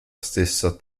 stessa